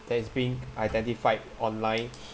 that is being identified online